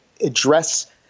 address